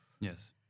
Yes